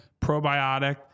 probiotic